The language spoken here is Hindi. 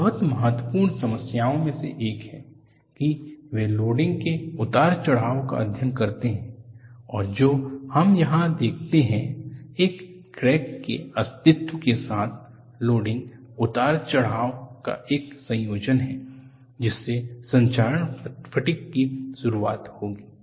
यह बहुत महत्वपूर्ण समस्याओं में से एक है कि वे लोडिंग के उतार चढ़ाव का अध्ययन करते हैं और जो हम यहां देखते हैं एक क्रैक के अस्तित्व के साथ लोडिंग उतार चढ़ाव का एक संयोजन है जिससे संक्षारण फटिग की शुरुआत होगी